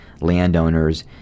landowners